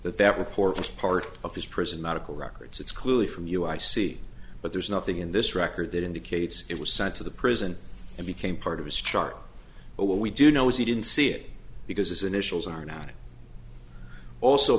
that that report was part of his prison medical records it's clearly from you i see but there's nothing in this record that indicates it was sent to the prison and became part of his chart but what we do know is he didn't see it because his initials a